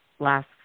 last